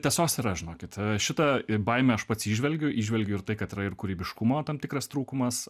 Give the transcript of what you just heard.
tiesos yra žinokit šitą baimę aš pats įžvelgiu įžvelgiu ir tai kad yra ir kūrybiškumo tam tikras trūkumas